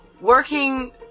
working